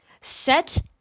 Set